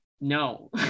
No